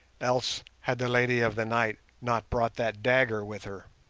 else had the lady of the night not brought that dagger with her